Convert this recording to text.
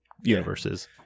universes